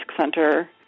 center